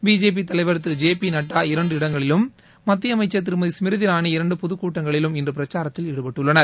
B J P தலைவர் திரு J P Nadda இரண்டு இடங்களிலும் மத்திய அமைச்சர் திருமதி ஸ்மிரிதி இராணி இரண்டு பொதுக்கூட்டங்களிலும் இன்று பிரசாரத்தில் ஈடுபட்டுள்ளனர்